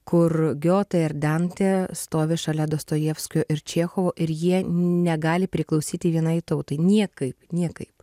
kur giotė ir dantė stovi šalia dostojevskio ir čechovo ir jie negali priklausyti vienai tautai niekaip niekaip